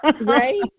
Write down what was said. Right